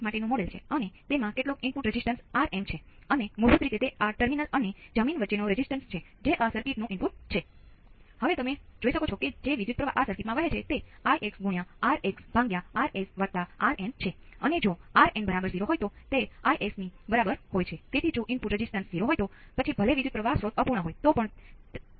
તેથી જો તમે તે રેખા પર ચાલુ રાખશો અને 0 ના Vc જેટલી રકમ નીચે જશો તો તમે પર પહોંચી શકશો અને બરાબર સમાન પર જો તમે વોલ્ટેજ છે